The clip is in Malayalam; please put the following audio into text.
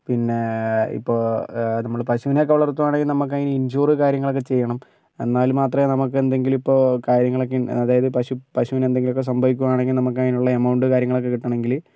പിന്നേ ഇപ്പോൾ നമ്മൾ പശുവിനെയൊക്കേ വളർത്തുകയാണെങ്കിൽ നമുക്ക് അതിന് ഇൻഷുർ കാര്യങ്ങൾ ഒക്കേ ചെയ്യണം എന്നാൽ മാത്രമേ നമുക്ക് എന്തെങ്കിലും ഇപ്പോൾ കാര്യങ്ങളൊക്കേ അതായത് പശു പശുവിന് എന്തെങ്കിലും ഒക്കേ സംഭവിക്കുകയാണെങ്കിൽ നമുക്ക് അതിനുള്ള എമൗണ്ട് കാര്യങ്ങളൊക്കേ കിട്ടണമെങ്കിൽ